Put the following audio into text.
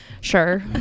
sure